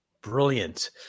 Brilliant